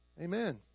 Amen